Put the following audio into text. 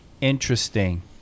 interesting